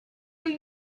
will